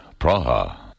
Praha